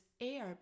air